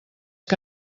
que